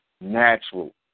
natural